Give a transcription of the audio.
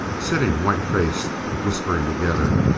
sitting white-faced, whispering together.